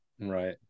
Right